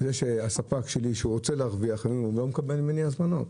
הספק שלי שרוצה להרוויח, לא מקבל ממני הזמנות.